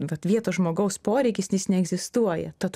vat vietos žmogaus poreikis jis neegzistuoja tad